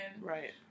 Right